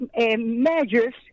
measures